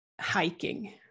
hiking